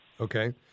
Okay